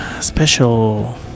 special